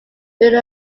during